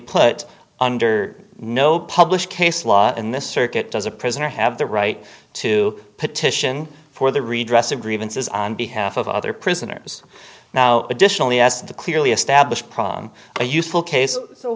put under no published case law in this circuit does a prisoner have the right to petition for the redress of grievances on behalf of other prisoners now additionally s the clearly established problem a useful case